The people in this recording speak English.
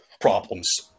problems